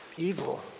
evil